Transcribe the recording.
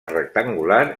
rectangular